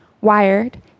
Wired